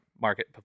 market